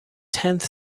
tenth